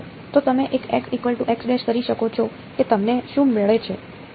તો તમે ચેક કરી શકો છો કે તમને શું મળે છે